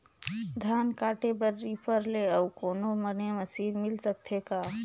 धान काटे बर रीपर ले अउ कोनो बने मशीन मिल सकथे का?